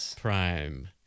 prime